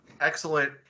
excellent